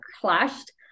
clashed